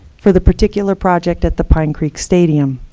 for the particular project at the pine creek stadium.